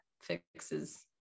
fixes